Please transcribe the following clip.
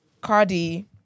Cardi